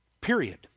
Period